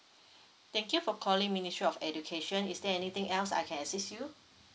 thank you for calling ministry of education is there anything else I can assist you